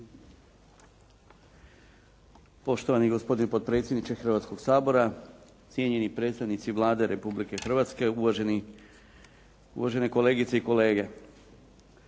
Poštovani gospodine potpredsjedniče Hrvatskoga sabora, cijenjeni predstavnici Vlade Republike Hrvatske, uvažene kolegice i kolege.